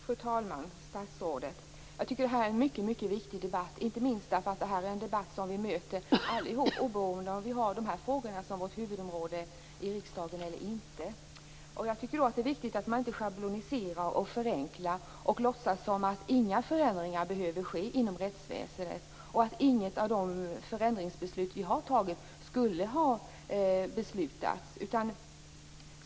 Fru talman! Statsrådet! Jag tycker att detta är en mycket viktig debatt, inte minst därför att det här är en debatt som vi möter allihop oberoende av om vi har de här frågorna som vårt huvudområde i riksdagen eller inte. Jag tycker att det är viktigt att man inte schabloniserar och förenklar eller låtsas som om inga förändringar behöver ske inom rättsväsendet och att inget av de förändringsbeslut vi har fattat skulle ha beslutats.